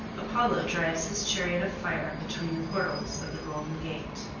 apollo drives his chariot of fire between the portals of the golden gate.